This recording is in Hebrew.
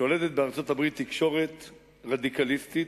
שולטת בארצות-הברית תקשורת רדיקליסטית,